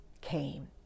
came